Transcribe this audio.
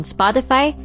Spotify